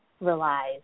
relies